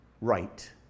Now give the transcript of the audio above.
right